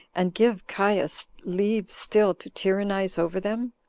and give caius leave still to tyrannize over them?